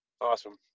awesome